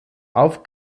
auf